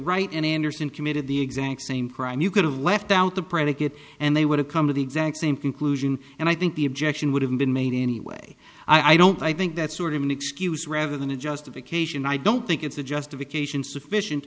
right and anderson committed the exact same crime you could have left out the predicate and they would have come to the exact same conclusion and i think the objection would have been made anyway i don't i think that's sort of an excuse rather than a justification i don't think it's a justification sufficient